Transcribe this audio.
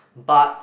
but